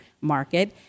market